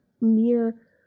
mere